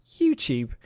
YouTube